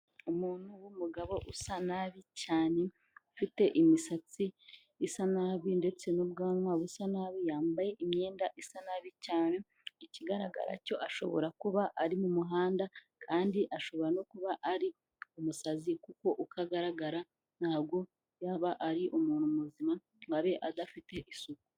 Umuntu w'umugabo usa nabi cyane, ufite imisatsi isa nabi ndetse n'ubwanwa busa nabi, yambaye imyenda isa nabi cyane, ikigaragara cyo ashobora kuba ari mu muhanda, kandi ashobora no kuba ari umusazi, kuko uko agaragara ntabwo yaba ari umuntu muzima, ngo abe adafite isuku.